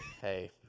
Hey